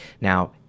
Now